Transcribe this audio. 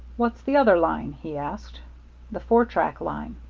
what's the other line? he asked the four track line?